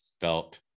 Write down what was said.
felt